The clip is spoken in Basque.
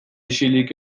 isilik